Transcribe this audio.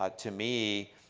ah to me